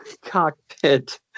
cockpit